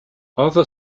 other